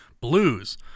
Blues